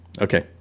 Okay